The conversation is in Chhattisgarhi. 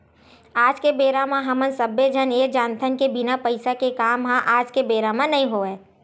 आज के बेरा म हमन सब्बे झन ये जानथन के बिना पइसा के काम ह आज के बेरा म नइ होवय